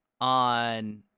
on